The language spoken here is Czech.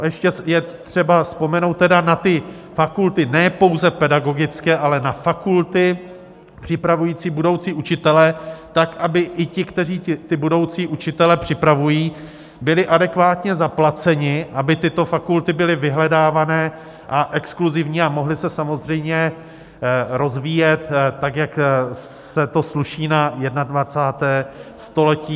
Ještě je třeba vzpomenout na ty fakulty ne pouze pedagogické, ale na fakulty připravující budoucí učitele tak, aby i ti, kteří ty budoucí učitele připravují, byli adekvátně zaplaceni, aby tyto fakulty byly vyhledávané, exkluzivní a mohly se samozřejmě rozvíjet tak, jak se to sluší na 21. století.